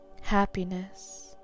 Happiness